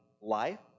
life